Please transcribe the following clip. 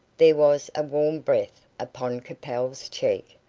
there was a warm breath upon capel's cheek,